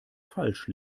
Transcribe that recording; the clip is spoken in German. falsch